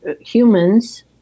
humans